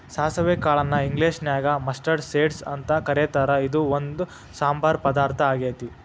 ಸಾಸವಿ ಕಾಳನ್ನ ಇಂಗ್ಲೇಷನ್ಯಾಗ ಮಸ್ಟರ್ಡ್ ಸೇಡ್ಸ್ ಅಂತ ಕರೇತಾರ, ಇದು ಒಂದ್ ಸಾಂಬಾರ್ ಪದಾರ್ಥ ಆಗೇತಿ